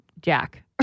Jack